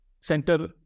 center